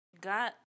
got